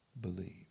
believe